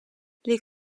les